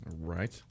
Right